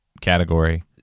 category